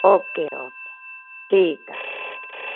okay okay ठीकु आहे